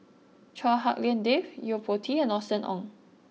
Chua Hak Lien Dave Yo Po Tee and Austen Ong